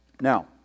Now